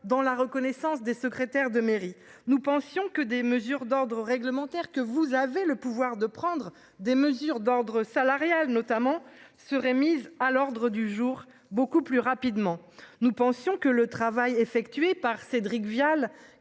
dans la reconnaissance des secrétaires de mairie. Nous pensions que des mesures d'ordre réglementaire, que vous avez le pouvoir de prendre des mesures d'ordre salarial notamment seraient mises à l'ordre du jour beaucoup plus rapidement. Nous pensions que le travail effectué par Cédric Vial